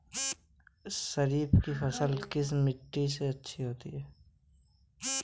खरीफ की फसल किस मिट्टी में अच्छी होती है?